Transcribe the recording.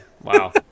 Wow